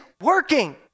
working